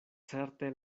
certe